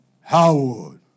Howard